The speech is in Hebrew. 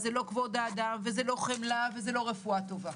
אז זה לא כבוד האדם וזה לא חמלה וזה לא רפואה טובה.